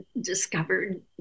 discovered